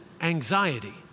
anxiety